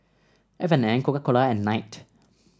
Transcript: F and N Coca Cola and Knight